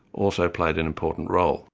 also played an important role